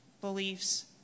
beliefs